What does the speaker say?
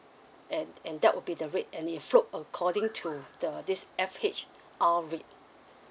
and and that would be the rate and it float according to the this F_H_R rate